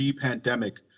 pandemic